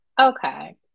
okay